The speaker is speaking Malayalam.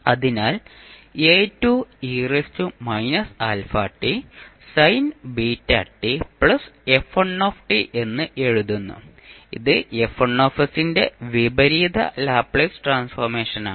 അതിനാൽ എന്ന് എഴുതുന്നു ഇത് ന്റെ വിപരീത ലാപ്ലേസ് ട്രാൻസ്ഫോർമേഷനാണ്